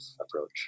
approach